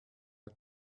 tag